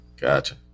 Gotcha